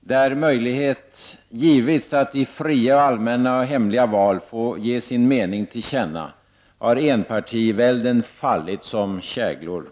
Där möjlighet givits att i fria allmänna och hemliga val få ge sin mening till känna har enpartivälden fallit som käglor.